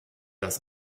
das